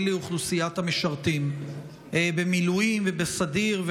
לאוכלוסיית המשרתים במילואים ובסדיר,